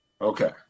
Okay